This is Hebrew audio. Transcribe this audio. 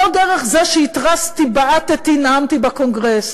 לא דרך זה שהתרסתי, בעטתי, נאמתי בקונגרס,